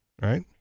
right